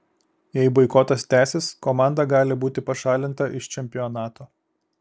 jei boikotas tęsis komanda gali būti pašalinta iš čempionato